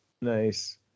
Nice